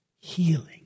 healing